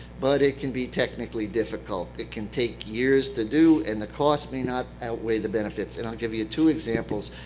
but it can be technically difficult. it can take years to do, and the costs may not outweigh the benefits. and i'll give you two examples.